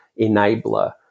enabler